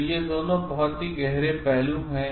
तो ये दोनों बहुत गहरे पहलू हैं